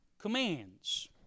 commands